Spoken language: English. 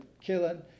killing